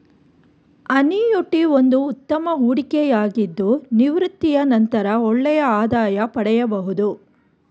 annuity ಒಂದು ಉತ್ತಮ ಹೂಡಿಕೆಯಾಗಿದ್ದು ನಿವೃತ್ತಿಯ ನಂತರ ಒಳ್ಳೆಯ ಆದಾಯ ಪಡೆಯಬಹುದು